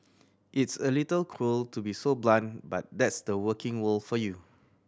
it's a little cruel to be so blunt but that's the working world for you